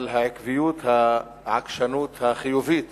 אבל העקביות, העקשנות החיובית